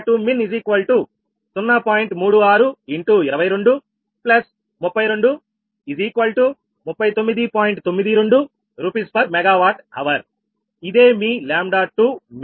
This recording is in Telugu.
92 𝑅s 𝑀Wℎ𝑟 ఇదే మీ 𝜆2min